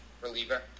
reliever